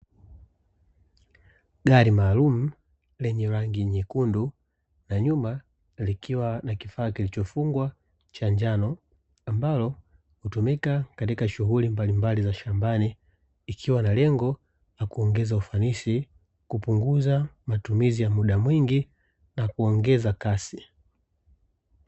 Gari maalumu lenye rangi nyekundu na nyuma likiwa na kifaa kilichofungwa cha njano, ambalo hutumika katika shughuli mbalimbali za shambani ikiwa na lengo la kuongeza ufanisi kupunguza matumizi ya muda mwingi na kuongeza kasi.